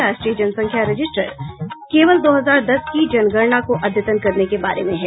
राष्ट्रीय जनसंख्या रजिस्टर केवल दो हजार दस की जनगणना को अद्यतन करने के बारे में है